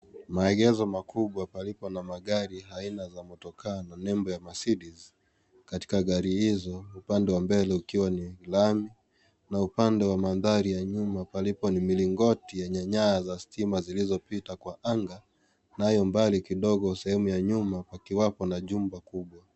Maegezo makubwa palipo na magari aina za motokaa na nembo ya Mercedes, katika gari hizo upande wa mbele ukiwa ni lami na upande wa mandhari ya nyuma palipo ni mlingoti yenye nyaya za stima zilizopita kwa anga, nayo mbali kidogo sehemu ya nyuma kwakiwapo na jumba kubwa.